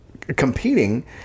competing